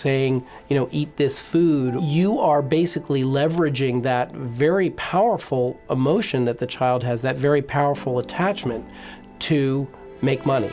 saying you know eat this food you are basically leveraging that very powerful emotion that the child has that very powerful attachment to make money